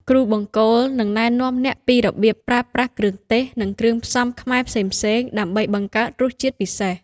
គ្រូបង្គោលនឹងណែនាំអ្នកពីរបៀបប្រើប្រាស់គ្រឿងទេស និងគ្រឿងផ្សំខ្មែរផ្សេងៗ ដើម្បីបង្កើតរសជាតិពិសេស។